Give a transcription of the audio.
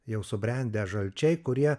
jau subrendę žalčiai kurie